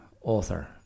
author